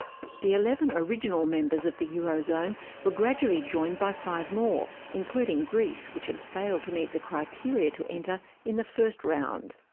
the eleven original members of the eurozone were gradually joined by five more, including greece, which had failed to meet the criteria to enter in the first round.